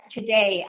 today